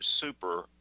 super